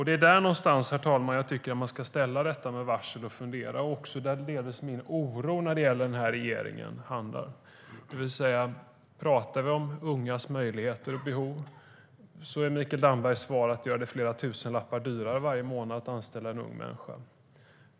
Det är där någonstans, herr talman, jag tycker att man ska fundera och ställa detta med varsel. Det är också där som min oro delvis är när det gäller den här regeringen. Pratar vi om ungas möjligheter och behov är Mikael Dambergs svar att göra det flera tusenlappar dyrare varje månad att anställa en ung människa.